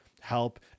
help